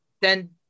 Then-